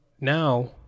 now